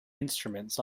instruments